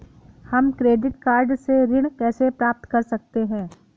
हम credit card से ऋण कैसे प्राप्त कर सकते हैं?